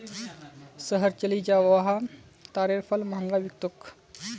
शहर चलइ जा वहा तारेर फल महंगा बिक तोक